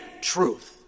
truth